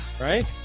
right